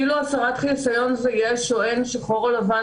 כאילו הסרת חיסיון זה שחור או לבן,